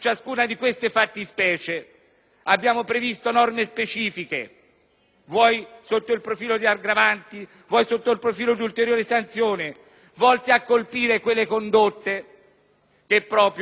sia sotto il profilo di aggravanti, sia sotto il profilo di ulteriori sanzioni volte a colpire quelle condotte che aggrediscono proprio i più deboli e indifesi, soprattutto in quelle condizioni in cui è più facile farlo: